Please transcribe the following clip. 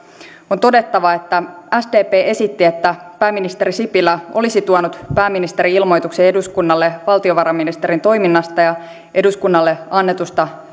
on todettava että sdp esitti että pääministeri sipilä olisi tuonut pääministerin ilmoituksen eduskunnalle valtiovarainministerin toiminnasta ja eduskunnalle annetusta